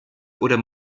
oder